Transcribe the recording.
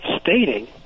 stating